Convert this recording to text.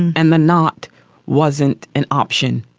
and the not wasn't an option.